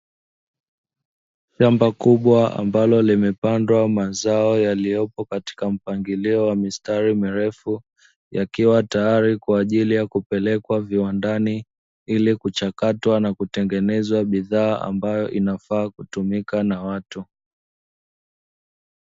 Shamba kubwa ambalo limepandwa mazao yaliyopo katika mpangilio wa mistari mirefu yakiwa tayari, kwa ajili ya kupelekwa viwandani ili kuchakatwa na kutengenezwa bidhaa ambayo inafaa kutumika na watu.